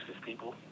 people